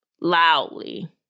Loudly